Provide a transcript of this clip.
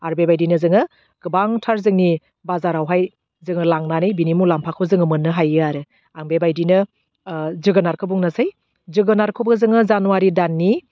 आरो बेबायदिनो जोङो गोबांथार जोंनि बाजारावहाय जोङो लांनानै बिनि मुलाम्फाखौ जोङो मोननो हायो आरो आं बेबायदिनो ओह जोगोनारखौ बुंनोसै जोगोनारखौबो जोङो जानुवारि दाननि